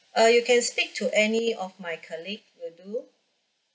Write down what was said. uh you can speak to any of my colleague will do